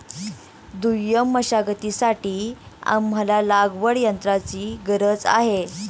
दुय्यम मशागतीसाठी आम्हाला लागवडयंत्राची गरज आहे